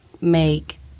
make